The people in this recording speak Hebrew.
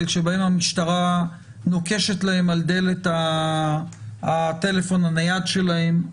שבהם המשטרה נוקשת להם על דלת הטלפון הנייד שלהם,